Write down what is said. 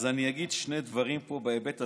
אז אני אגיד שני דברים פה בהיבט הזה,